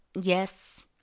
yes